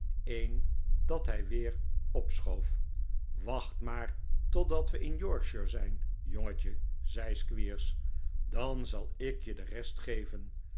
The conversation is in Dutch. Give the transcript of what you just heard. een dat hij er weer opschoof wacht maar totdat we in yorkshire zijn jongetje zei squeers dan zal ik je de rest geven